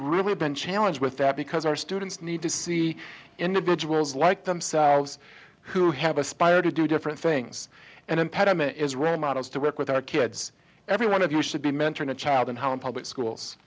have been challenged with that because our students need to see individuals like themselves who have aspired to do different things and impediment is really models to work with our kids every one of us should be mentoring a child and how in public schools